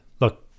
look